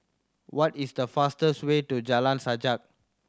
what is the fastest way to Jalan Sajak